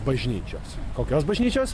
bažnyčios kokios bažnyčios